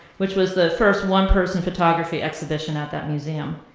which was the first one person photography exhibition at that museum.